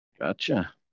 Gotcha